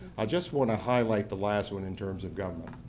i just want to highlight the last one in terms of government,